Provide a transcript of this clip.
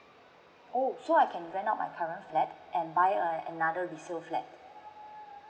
oh so I can rent out my current flat and buy err another resale flat